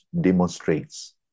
demonstrates